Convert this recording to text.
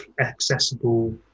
accessible